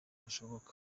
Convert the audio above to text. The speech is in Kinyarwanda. bushoboka